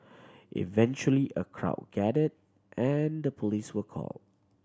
eventually a crowd gathered and the police were called